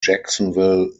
jacksonville